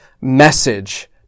message